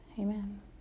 Amen